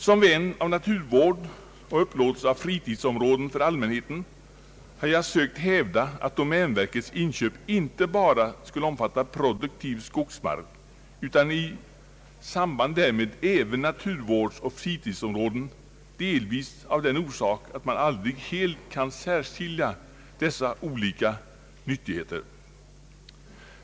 Som naturvårdsvän och positivt inställd till upplåtelse av fritidsområden för allmänheten har jag sökt hävda att domänverkets inköp inte bara skulle omfatta produktiv skogsmark utan i samband därmed även naturvårdsoch fritidsområden, delvis på grund av att man aldrig helt kan särskilja dessa olika nyttigheter.